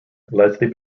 lesley